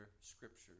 scriptures